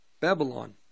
Babylon